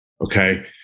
okay